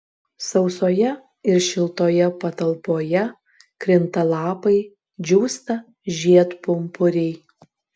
sausoje ir šiltoje patalpoje krinta lapai džiūsta žiedpumpuriai